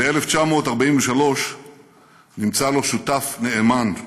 ב-1943 נמצא לו שותף נאמן,